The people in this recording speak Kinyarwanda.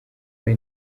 kuri